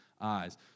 eyes